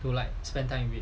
to like spend time with